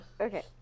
okay